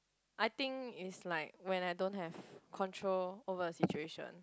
I think it's like when I don't have control over a situation